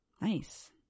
Nice